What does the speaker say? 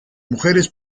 mujeres